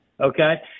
Okay